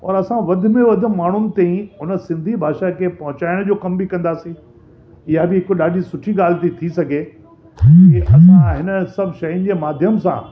और असां वधि में वधि माण्हुनि ते ई सिंधी भाषा खे पहुचाइण जो कम बि कंदासी इहा बि हिकु ॾाढी सुठी ॻाल्हि थी थी सघे हिन सभु शयुनि जे माध्यम सां